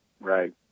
Right